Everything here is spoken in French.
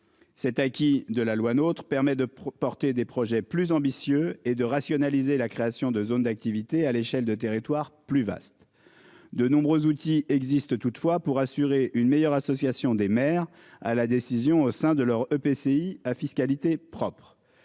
Cet acquis de la loi notre permet de porter des projets plus ambitieux et de rationaliser la création de zones d'activités à l'échelle de territoire plus vaste de nombreux outils existent toutefois pour assurer une meilleure association des maires à la décision au sein de leurs EPCI à fiscalité propre.